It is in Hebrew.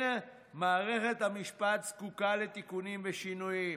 כן, מערכת המשפט זקוקה לתיקונים ושינויים,